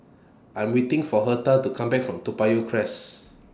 I'm waiting For Hertha to Come Back from Toa Payoh Crest